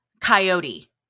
coyote